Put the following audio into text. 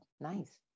Nice